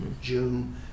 June